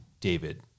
David